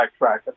backtrack